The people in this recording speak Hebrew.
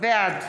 בעד